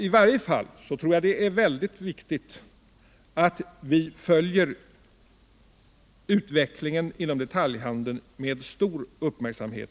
I varje fall tror jag det är utomordenligt viktigt att vi följer utvecklingen inom detaljhandeln med stor uppmärksamhet.